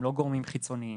הם לא גורמים חיצוניים.